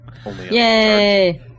Yay